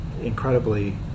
incredibly